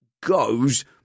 goes